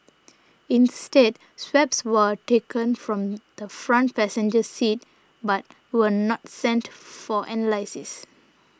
instead swabs were taken from the front passenger seat but were not sent for analysis